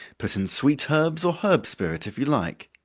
put in sweet herbs or herb spirit if you like.